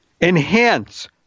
Enhance